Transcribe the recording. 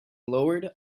lowered